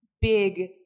big